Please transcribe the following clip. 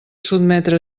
sotmetre